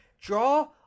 draw